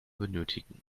benötigen